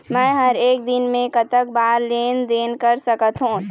मे हर एक दिन मे कतक बार लेन देन कर सकत हों?